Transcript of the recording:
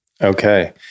Okay